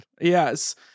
Yes